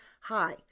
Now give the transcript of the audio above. Hi